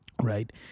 Right